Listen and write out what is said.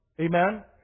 Amen